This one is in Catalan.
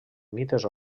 mites